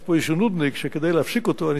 יש פה איזה נודניק שכדי להפסיק אותו אני